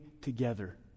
together